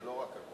זה לא רק אפליה.